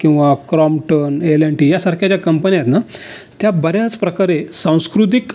किंवा Crompton L and T यासारख्या ज्या कंपन्या आहेत ना त्या बऱ्याचप्रकारे सांस्कृतिक